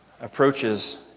approaches